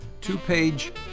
two-page